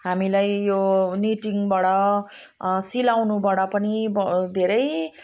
हामीलाई यो निटिङबाट सिलाउनुबाट पनि अब धेरै